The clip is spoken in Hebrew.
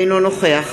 אינו נוכח